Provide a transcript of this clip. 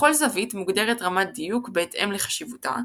לכל זווית מוגדרת רמת דיוק בהתאם לחשיבותה,